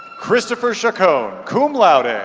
christopher chacon, cum laude and